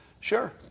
Sure